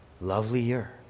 Lovelier